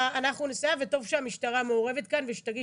אנחנו נסייע וטוב שהמשטרה מעורבת כאן ושתגיש